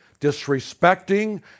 disrespecting